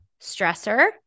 stressor